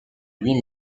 lui